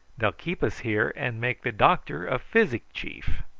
they'll keep us here and make the doctor a physic chief.